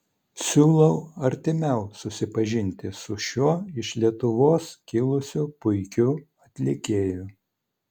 siūlau artimiau susipažinti su šiuo iš lietuvos kilusiu puikiu atlikėju